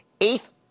Eighth